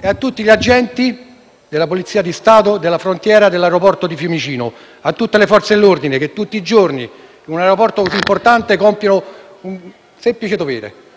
e a tutti gli agenti della Polizia di Stato di frontiera dell'aeroporto di Fiumicino, a tutte le Forze dell'ordine, che tutti i giorni in un aeroporto così importante compiono il semplice dovere